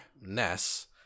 Ness